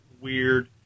weird